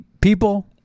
people